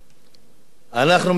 אנחנו מייבאים משם,